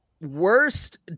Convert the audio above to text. worst